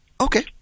Okay